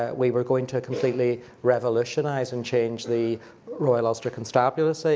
ah we were going to completely revolutionize and change the royal ulster constabulary,